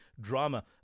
drama